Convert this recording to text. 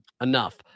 enough